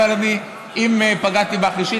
אבל אם פגעתי בך אישית,